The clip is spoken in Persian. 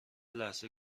لحظه